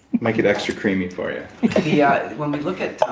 make it extra creamy for you yeah when we look at